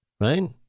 right